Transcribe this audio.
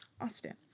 Austin